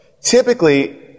Typically